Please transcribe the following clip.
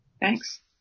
Thanks